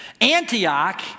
Antioch